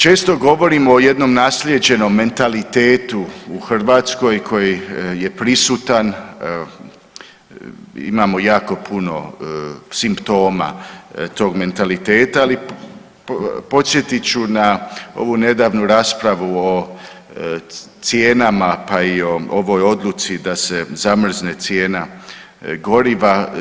Često govorimo o jednom naslijeđenom mentalitetu u Hrvatskoj koji je prisutan, imamo jako puno simptoma tog mentaliteta, ali podsjetit ću na ovu nedavnu raspravu o cijenama, pa i o ovoj odluci da se zamrzne cijena goriva.